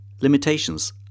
Limitations